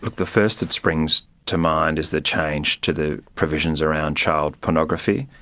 the first that springs to mind is the change to the provisions around child pornography,